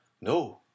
No